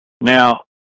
Now